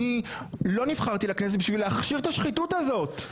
אני לא נבחרתי לכנסת כדי להכשיר את השחיתות הזאת.